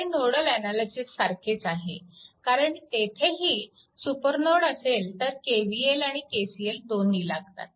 हे नोडल अनालिसिससारखेच आहे कारण तेथेही सुपरनोड असेल तर KVL आणि KCL दोन्ही लागतात